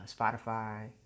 Spotify